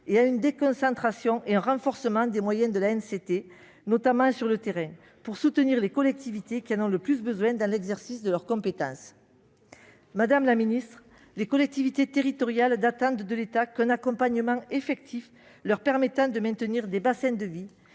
et à une déconcentration et un renforcement des moyens de l'ANCT, notamment sur le terrain, pour soutenir les collectivités qui en ont le plus besoin dans l'exercice de leurs compétences. Madame la ministre, les collectivités territoriales n'attentent de l'État qu'un accompagnement effectif, leur permettant de maintenir des bassins de vie,